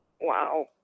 Wow